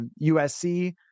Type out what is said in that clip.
USC